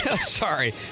Sorry